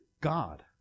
God